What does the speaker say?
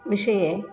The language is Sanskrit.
विषये